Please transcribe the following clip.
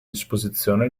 disposizione